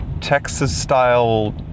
Texas-style